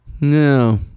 No